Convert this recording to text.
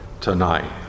tonight